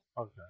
Okay